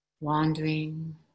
Wandering